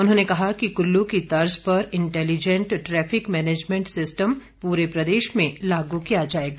उन्होंने कहा कि कुल्लू की तर्ज पर इंटैलिजेंट ट्रैफिक मैनेजमेंट सिस्टम पूरे प्रदेश में लागू किया जाएगा